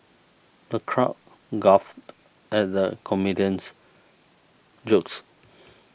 the crowd guffawed at the comedian's jokes